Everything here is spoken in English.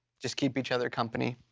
just keep each other company.